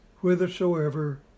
whithersoever